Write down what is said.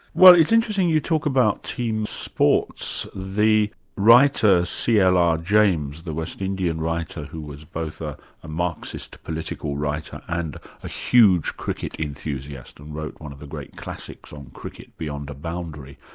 well it's interesting you talk about team sports. the writer, c. l. r. james, the west indian writer who was both ah a marxist political writer and a huge cricket enthusiast and wrote one of the great classics on cricket beyond a boundary,